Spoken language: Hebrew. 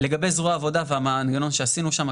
לגבי זרוע העבודה והמנגנון שעשינו שם,